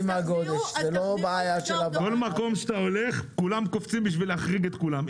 בכל מקום שאתה הולך כולם קופצים בשביל להחריג את כולם.